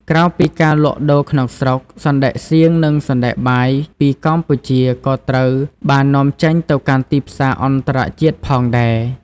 ក្រៅពីការលក់ដូរក្នុងស្រុក សណ្តែកសៀង និងសណ្តែកបាយ ពីកម្ពុជាក៏ត្រូវបាននាំចេញទៅកាន់ទីផ្សារអន្តរជាតិផងដែរ។